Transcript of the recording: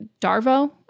DARVO